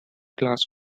class